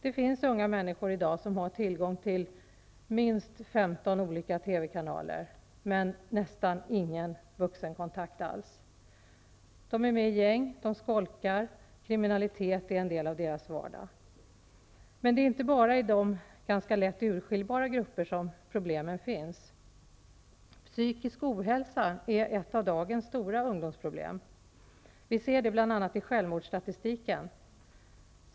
Det finns unga människor i dag som har tillgång till minst 15 olika TV-kanaler, men som har nästan ingen vuxenkontakt alls. Gängbildning, skolk och kriminalitet är en del av deras vardag. Men det är inte bara i dessa ganska lätt urskiljbara grupper som problemen finns. Psykisk ohälsa är ett av dagens stora ungdomsproblem. Vi ser det bl.a. i självmodsstatistiken.